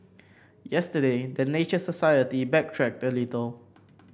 yesterday the Nature Society backtracked a little